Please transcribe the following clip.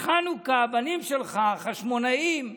בחנוכה הבנים שלך, החשמונאים,